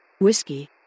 Whiskey